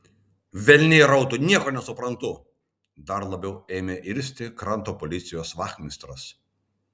velniai rautų nieko nesuprantu dar labiau ėmė irzti kranto policijos vachmistras